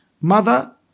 mother